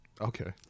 Okay